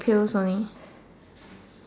pills only